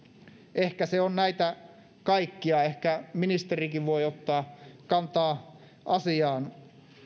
ehkä se on näitä kaikkia ehkä ministerikin voi ottaa kantaa asiaan